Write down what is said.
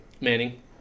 Manning